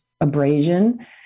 abrasion